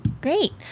Great